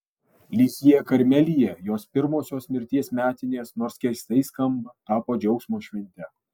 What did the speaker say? lizjė karmelyje jos pirmosios mirties metinės nors keistai skamba tapo džiaugsmo švente